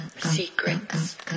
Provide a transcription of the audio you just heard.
Secrets